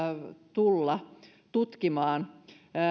tulla tutkimaan